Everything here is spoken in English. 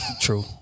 True